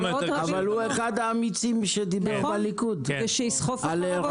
הוא אחד האמיצים שדיבר בליכוד על ועדה,